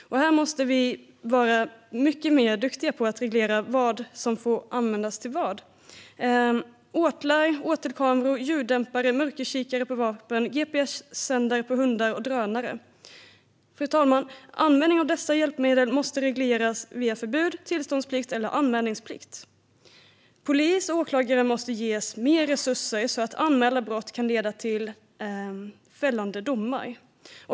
Här måste vi vara duktigare på att reglera vad som får användas till vad. Åtlar, åtelkameror, ljuddämpare, mörkerkikare på vapen, gps-sändare på hundar och drönare - användningen av dessa hjälpmedel måste regleras via förbud, tillståndsplikt eller anmälningsplikt, fru talman. Polis och åklagare måste ges mer resurser så att anmälda brott kan leda till fällande domar.